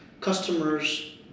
customers